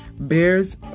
Bears